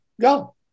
Go